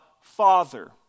Father